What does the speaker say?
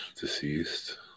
Deceased